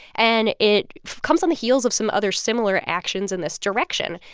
and it comes on the heels of some other similar actions in this direction.